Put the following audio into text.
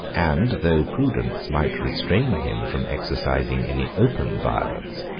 and though prudence might restrain him from exercising any open violence,